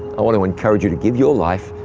i want to encourage you to give your life,